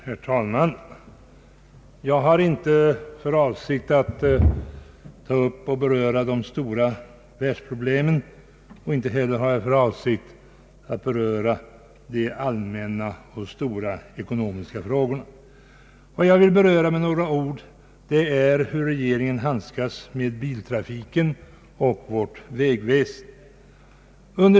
Herr talman! Jag har inte för avsikt att beröra de stora världsproblemen. Inte heller har jag för avsikt att beröra de allmänna och ekonomiska frågorna, som redan i går och i dag har behandlats i denna debatt. Vad jag med några ord vill beröra är frågan om hur regeringen handskas med biltrafiken och vårt vägväsen.